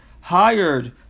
hired